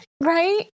Right